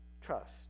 trust